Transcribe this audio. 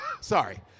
sorry